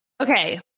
Okay